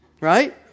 right